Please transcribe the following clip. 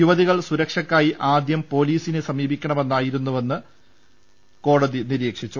യുവതികൾ സുരക്ഷക്കായി ആദ്യം പൊലീസിനെ സമീപിക്കണ മായിരുന്നുവെന്ന് കോടതി നിരീക്ഷിച്ചു